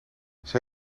zij